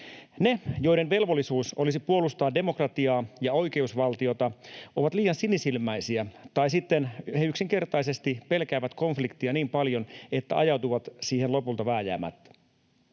Ne, joiden velvollisuus olisi puolustaa demokratiaa ja oikeusvaltiota, ovat liian sinisilmäisiä, tai sitten he yksinkertaisesti pelkäävät konfliktia niin paljon, että ajautuvat siihen lopulta vääjäämättä.